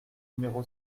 numéro